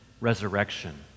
resurrection